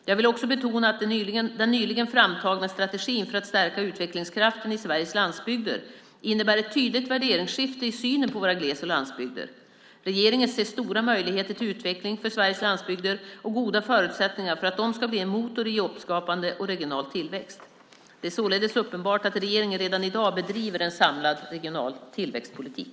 Jag vill även betona att den nyligen framtagna strategin för att stärka utvecklingskraften i Sveriges landsbygder innebär ett tydligt värderingsskifte i synen på våra gles och landsbygder. Regeringen ser stora möjligheter till utveckling för Sveriges landsbygder och goda förutsättningar för att de ska bli en motor i jobbskapande och regional tillväxt. Det är således uppenbart att regeringen redan i dag bedriver en samlad regional tillväxtpolitik.